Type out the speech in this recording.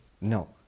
No